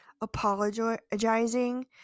apologizing